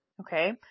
Okay